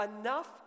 enough